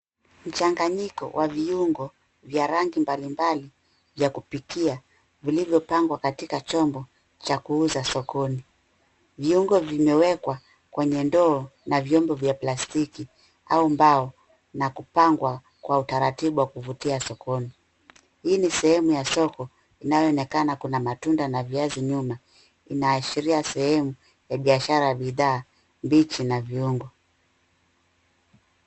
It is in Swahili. Mchanganyiko wa viungo, vya rangi mbalimbali, vya kupikia vilivyopangwa katika chombo, cha kuuza sokoni. Viungo vimewekwa kwenye ndoo, na vyombo vya plastiki, au mbao, na kupangwa kwa utaratibu wa kuvutia sokoni. Hii ni sehemu ya soko, inayoonekana kuna matunda na viazi nyuma, inaashiria sehemu ya biashara ya bidhaa mbichi, na viungo.